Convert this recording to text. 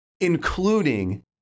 including